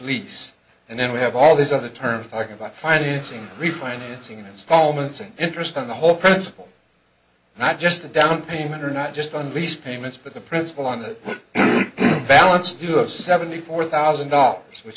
lease and then we have all these other terms like about financing refinancing installments an interest on the whole principle not just a down payment or not just on lease payments but the principle on the balance you have seventy four thousand dollars which